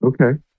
Okay